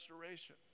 restoration